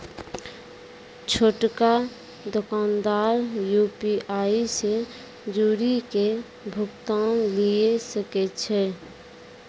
छोटका दोकानदार यू.पी.आई से जुड़ि के भुगतान लिये सकै छै